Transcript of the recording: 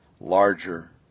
Larger